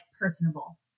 personable